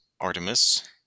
Artemis